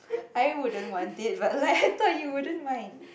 I wouldn't want it but like I thought you wouldn't mind